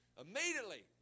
Immediately